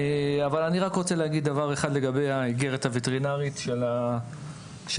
אני רוצה להגיד דבר אחד לגבי האיגרת הווטרינרית של הווטרינר,